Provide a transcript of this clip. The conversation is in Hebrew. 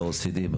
ב-OECD,